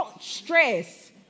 stress